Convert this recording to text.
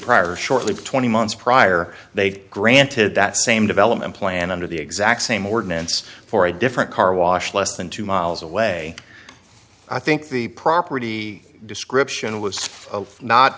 prior shortly twenty months prior they granted that same development plan under the exact same ordinance for a different car wash less than two miles away i think the property description was